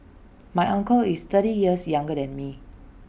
my uncle is thirty years younger than me